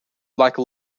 like